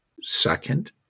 Second